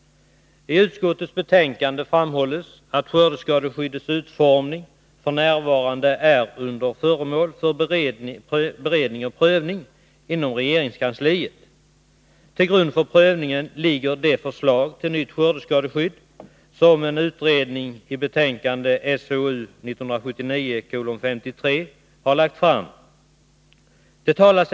I utskottets betänkande framhålls att skördeskadeskyddet i dess nuvarande utformning är föremål för beredning och prövning inom regeringskansliet. Till grund för prövningen ligger det förslag till nytt skördeskadeskydd som en utredning i betänkande SOU 1979:53 har framlagt.